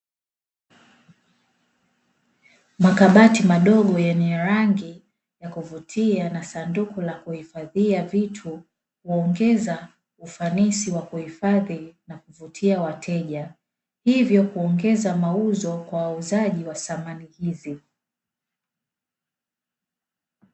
Makabati madogo yenye rangi ya kuvutia na sanduku la kuhifadhia vitu, kuongeza ufanisi wa kuhifadhi na kuvutia wateja, hivyo kuongeza mauzo kwa wauzaji wa samani hizi.